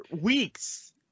weeks